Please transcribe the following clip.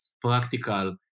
practical